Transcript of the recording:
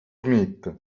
smith